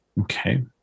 Okay